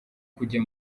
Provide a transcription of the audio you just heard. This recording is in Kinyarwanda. kujya